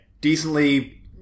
decently